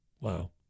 Wow